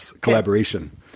collaboration